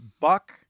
Buck